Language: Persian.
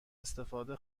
استفاده